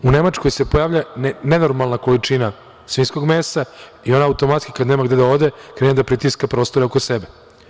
U Nemačkoj se pojavljuje nenormalna količina svinjskog mesa i ona automatski kada nema gde da ode, krene da pritiska prostore oko sebe.